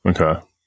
Okay